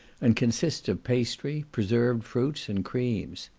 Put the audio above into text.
and consists of pastry, preserved fruits, and creams.